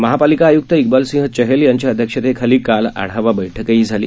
महापालिका आयुक्त इक्बाल सिंग चहल यांच्या अध्यक्षतेखाली काल आढावा बैठक झाली